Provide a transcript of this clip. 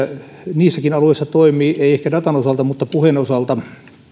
niilläkin alueilla toimii ei ehkä datan osalta mutta puheen osalta